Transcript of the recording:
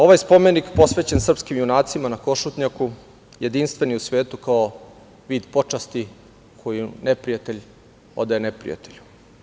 Ovaj spomenik posvećen srpskim junacima na Košutnjaku je jedinstven u svetu kao vid počasti koju neprijatelj odaje neprijatelju.